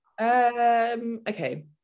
Okay